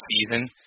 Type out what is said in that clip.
season